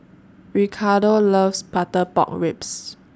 Ricardo loves Butter Pork Ribs